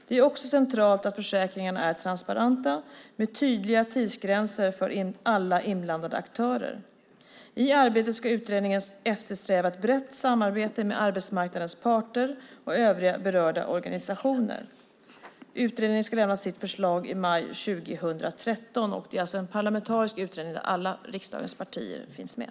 Det är också centralt att försäkringarna är transparenta med tydliga tidsgränser för alla inblandade aktörer. I arbetet ska utredningen eftersträva ett brett samarbete med arbetsmarknadens parter och övriga berörda organisationer. Utredningen ska lämna sitt förslag i maj 2013. Det är alltså en parlamentarisk utredning där alla riksdagens partier finns med.